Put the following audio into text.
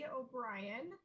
O'Brien